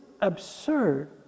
absurd